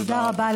תודה רבה.